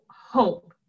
hope